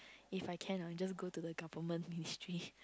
if I can I just go to the government ministry